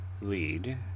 lead